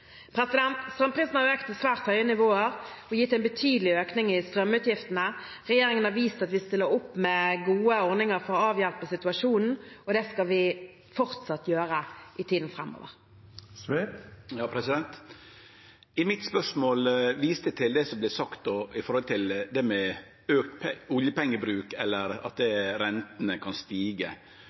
Strømprisen har økt til svært høye nivåer og gitt en betydelig økning i strømutgiftene. Regjeringen har vist at vi stiller opp med gode ordninger for å avhjelpe situasjonen. Det skal vi fortsatt gjøre i tiden framover. I spørsmålet mitt viste eg til det som vert sagt når det gjeld auka oljepengebruk, eller at rentene kan stige.